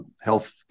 health